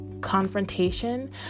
confrontation